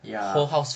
ya